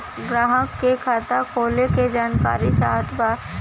ग्राहक के खाता खोले के जानकारी चाहत बा?